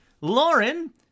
Lauren